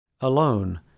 Alone